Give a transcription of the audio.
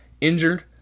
injured